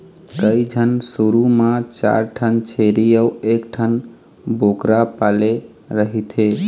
कइझन शुरू म चार ठन छेरी अउ एकठन बोकरा पाले रहिथे